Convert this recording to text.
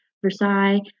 Versailles